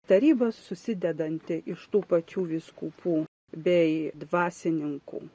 taryba susidedanti iš tų pačių vyskupų bei dvasininkų